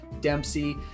Dempsey